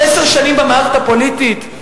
עשר שנים במערכת הפוליטית,